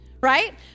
Right